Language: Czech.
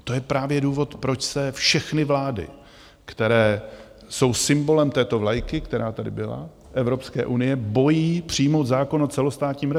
A to je právě důvod, proč se všechny vlády, které jsou symbolem této vlajky, která tady byla Evropské unie bojí přijmout zákon o celostátním referendu.